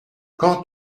quand